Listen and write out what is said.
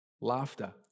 laughter